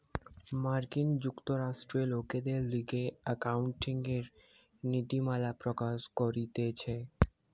মার্কিন যুক্তরাষ্ট্রে লোকদের লিগে একাউন্টিংএর নীতিমালা প্রকাশ করতিছে